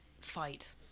fight